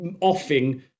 offing